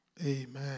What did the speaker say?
Amen